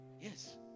Yes